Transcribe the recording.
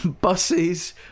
buses